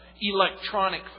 electronic